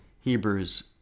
Hebrews